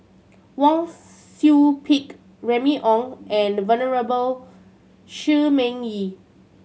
Wang Su Pick Remy Ong and Venerable Shi Ming Yi